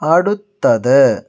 അടുത്തത്